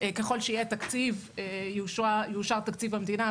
ככל שיאושר תקציב המדינה,